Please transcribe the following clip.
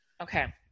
Okay